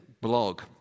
blog